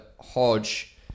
Hodge